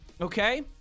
okay